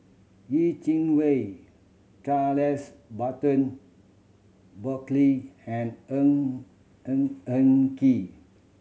Yeh Chi Wei Charles Burton Buckley and Ng Eng Eng Kee